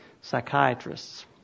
psychiatrists